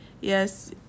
Yes